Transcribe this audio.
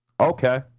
okay